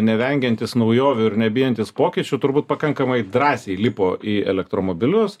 nevengiantys naujovių ir nebijantys pokyčių turbūt pakankamai drąsiai įlipo į elektromobilius